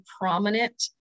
prominent